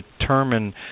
determine